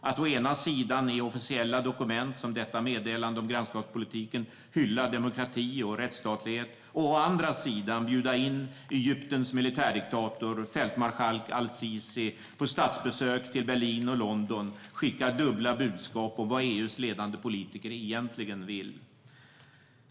Att å ena sidan i officiella dokument, som detta meddelande om grannskapspolitiken, hylla demokrati och rättsstatlighet och å andra sidan bjuda in Egyptens militärdiktator, fältmarskalk al-Sisi, på statsbesök till Berlin och London skickar dubbla budskap om vad EU:s ledande politiker egentligen vill.